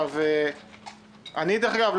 דרך אגב,